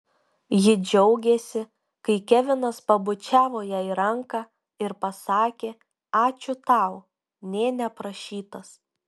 ji džiaugėsi kai kevinas pabučiavo jai ranką ir pasakė ačiū tau nė neprašytas